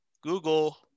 Google